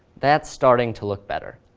that's starting to look better.